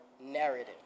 Narrative